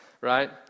right